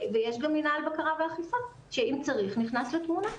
ויש גם את מינהל בקרה ואכיפה שאם צריך הוא נכנס לתמונה.